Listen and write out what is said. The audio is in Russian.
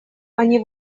они